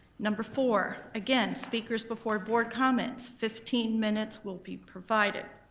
number four, again speakers before board comments, fifteen minutes will be provided.